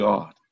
God